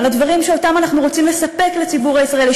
על הדברים שאנחנו רוצים לספק לציבור הישראלי.